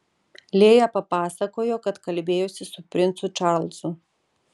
lėja papasakojo kad kalbėjosi su princu čarlzu